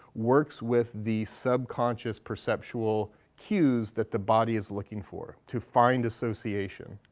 works with the subconscious perceptual cues that the body is looking for, to find association.